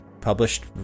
published